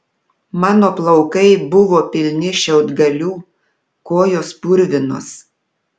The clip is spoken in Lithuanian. mano plaukai buvo pilni šiaudgalių kojos purvinos